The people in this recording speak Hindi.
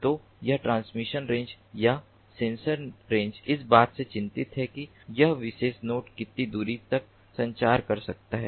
तो यह ट्रांसमिशन रेंज या संचार रेंज इस बात से चिंतित है कि यह विशेष नोड कितनी दूर तक संचार कर सकता है